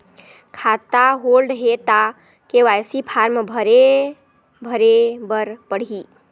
खाता होल्ड हे ता के.वाई.सी फार्म भरे भरे बर पड़ही?